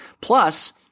Plus